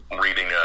reading